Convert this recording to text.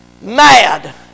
mad